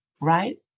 right